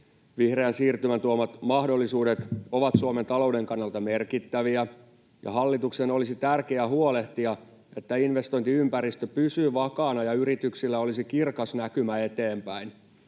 Vihreän siirtymän tuomat mahdollisuudet ovat Suomen talouden kannalta merkittäviä, ja hallituksen olisi tärkeää huolehtia, että investointiympäristö pysyy vakaana ja yrityksillä olisi kirkas näkymä eteenpäin.